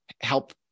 help